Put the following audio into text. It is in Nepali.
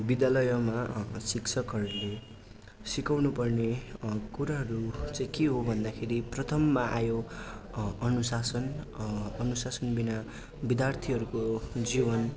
विद्यालयमा शिक्षकहरूले सिकाउनु पर्ने कुराहरू चाहिँ के हो भन्दाखेरि प्रथममा आयो अनुशासन अनुशासनबिना विद्यार्थीहरूको जीवन